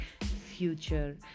future